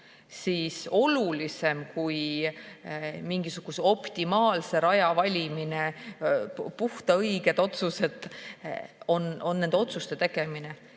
siis olulisem kui mingisuguse optimaalse raja valimine, et puhta õiged otsused, on nende otsuste tegemine,